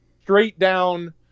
straight-down